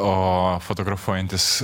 o fotografuojantys